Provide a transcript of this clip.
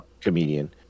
comedian